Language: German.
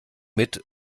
mit